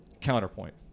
Counterpoint